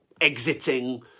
exiting